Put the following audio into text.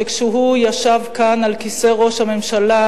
שכשהוא ישב כאן על כיסא ראש הממשלה,